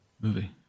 movie